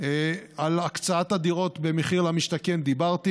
על הקצאת הדיור במחיר למשתכן דיברתי.